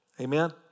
Amen